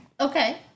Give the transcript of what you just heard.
Okay